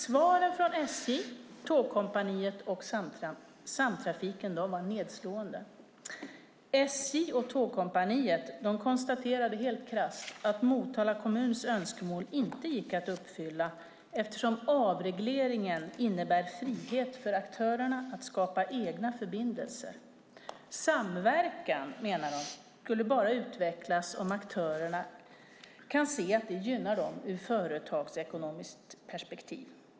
Svaret från SJ, Tågkompaniet och Samtrafiken var dock nedslående. SJ och Tågkompaniet konstaterade helt krasst att Motala kommuns önskemål inte gick att uppfylla eftersom avregleringen innebär frihet för aktörerna att skapa egna förbindelser. Samverkan, menade de, skulle bara utvecklas om aktörerna kan se att det gynnar dem ur ett företagsekonomiskt perspektiv.